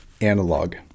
analog